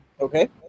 Okay